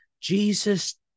Jesus